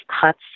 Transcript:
cuts